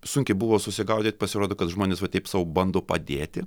sunkiai buvo susigaudyt pasirodo kad žmonės va taip sau bando padėti